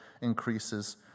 increases